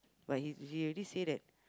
but he he already say that